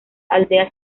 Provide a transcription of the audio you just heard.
aldeas